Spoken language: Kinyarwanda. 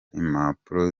impapuro